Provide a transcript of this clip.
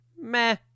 Meh